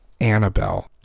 Annabelle